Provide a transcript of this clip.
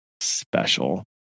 special